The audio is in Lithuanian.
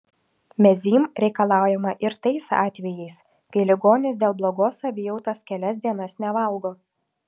mezym reikalaujama ir tais atvejais kai ligonis dėl blogos savijautos kelias dienas nevalgo